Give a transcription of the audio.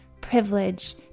Privilege